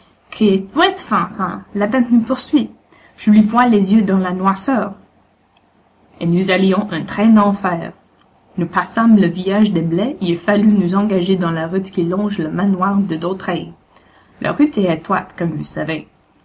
la bête nous poursuit j'lui vois les yeux dans la noirceur et nous allions un train d'enfer nous passâmes le village des blais et il fallut nous engager dans la route qui longe le manoir de dautraye la route est étroite comme vous savez